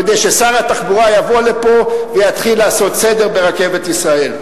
כדי ששר התחבורה יבוא לפה ויתחיל לעשות סדר ברכבת ישראל.